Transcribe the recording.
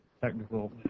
technical